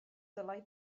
dylai